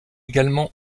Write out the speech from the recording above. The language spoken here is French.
également